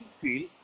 feel